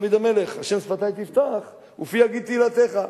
דוד המלך: "ה' שפתי תפתח ופי יגיד תהלתך".